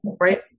right